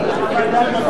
תאשר לי את זה,